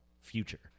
future